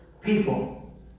people